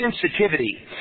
sensitivity